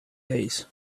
days